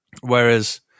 whereas